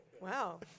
Wow